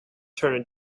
turn